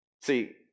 See